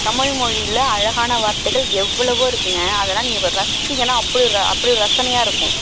தமிழ் மொழியில் அழகான வார்த்தைகள் எவ்வளவோ இருக்குங்க அதல்லாம் நீங்கள் ரசித்தீங்கனா அப்படி ஒரு அப்படி ஒரு ரசனையாக இருக்கும்